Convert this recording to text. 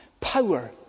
power